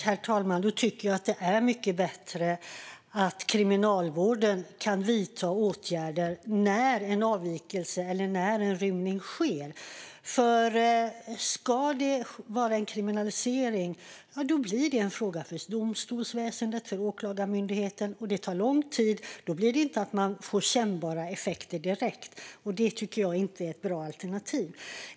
Herr talman! Då tycker jag att det är mycket bättre att kriminalvården kan vidta åtgärder när en avvikelse eller en rymning sker. Om det ska ske en kriminalisering blir det en fråga för domstolsväsendet och för Åklagarmyndigheten. Det tar lång tid. Då får man inte kännbara effekter direkt. Det tycker jag inte är ett bra alternativ.